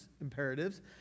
imperatives